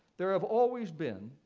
there have always been,